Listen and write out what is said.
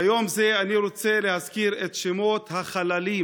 ביום זה אני רוצה להזכיר את שמות החללים